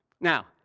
Now